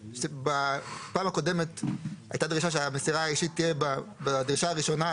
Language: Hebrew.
בפעם הקודמת הייתה דרישה שהמסירה האישית תהיה בדרישה הראשונה,